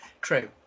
True